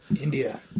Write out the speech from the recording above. India